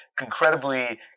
incredibly